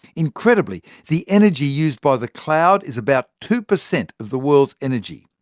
incredibly, the energy used by the cloud is about two per cent of the world's energy.